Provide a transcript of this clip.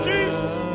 Jesus